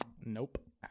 nope